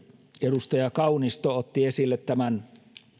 edustaja kaunisto otti esille tämän